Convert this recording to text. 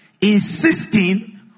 Insisting